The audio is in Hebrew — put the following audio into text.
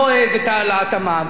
כמו שאף אחד מאתנו לא אוהב.